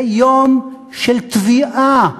זה יום של תביעה.